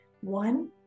One